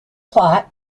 plot